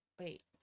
Wait